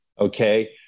Okay